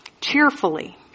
cheerfully